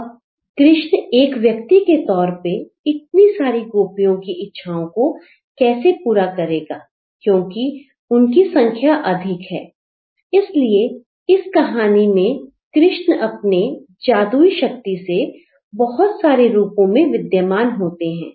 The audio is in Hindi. अब कृष्ण एक व्यक्ति के तौर पर इतनी सारी गोपियों की इच्छाओं को कैसे पूरा करेगा क्योंकि उनकी संख्या अधिक है इसलिए इस कहानी में कृष्ण अपने जादुई शक्ति से बहुत सारे रूपों में विद्यमान होते हैं